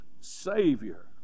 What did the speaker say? Savior